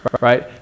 right